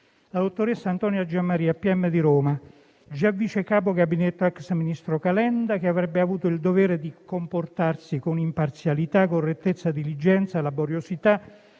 La dottoressa Antonia Giammaria, pubblico ministero di Roma, già vice capo gabinetto dell'ex ministro Calenda, che avrebbe avuto il dovere di comportarsi con imparzialità, correttezza, diligenza, laboriosità,